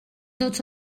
tots